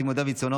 סימון דוידסון,